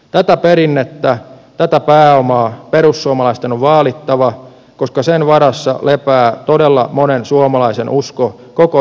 tätä perinnettä tätä pääomaa perussuomalaisten on vaalittava koska sen varassa lepää todella monen suomalaisen usko koko yhteiskuntaan